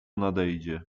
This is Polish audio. nadejdzie